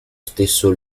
stesso